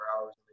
hours